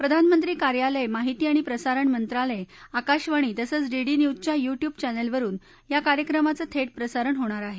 प्रधानमंत्री कार्यालय माहिती आणि प्रसारण मंत्रालय आकाशवाणी तसंच डी डी न्यूजच्या यू टयूब चॅनलवरुन या कार्यक्रमाचं थेट प्रसारण होणार आहे